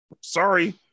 Sorry